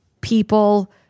people